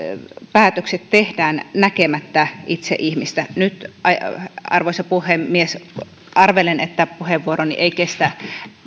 päätökset tehdään näkemättä itse ihmistä nyt arvoisa puhemies arvelen että puheenvuoroni ei kestä